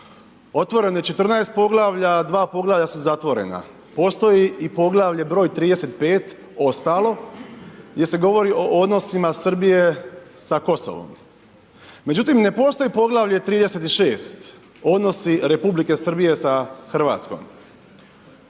Otvoreno je 14 poglavlja, dva poglavlja su zatvorena. Postoji i poglavlje broj 35 ostalo gdje se govori o odnosima Srbije sa Kosovom. Međutim ne postoji poglavlje 36 odnosi Republike Srbije sa Hrvatskom.